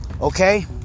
Okay